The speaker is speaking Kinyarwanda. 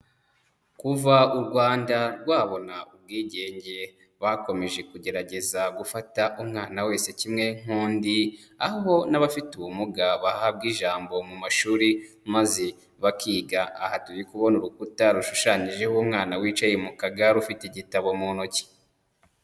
Kuva u Rwanda rwabona ubwigenge, bakomeje kugerageza gufata umwana wese kimwe nk'undi, aho n'abafite ubumuga bahabwa ijambo mu mashuri maze bakiga; aha turi kubona urukuta rushushanyijeho umwana wicaye mu kagare ufite igitabo mu ntoki.